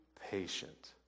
patient